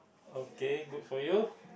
okay good for you